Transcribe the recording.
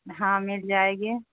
ہاں مل جائے گی